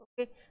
Okay